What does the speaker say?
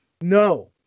No